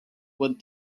what